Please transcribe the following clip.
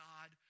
God